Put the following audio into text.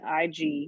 IG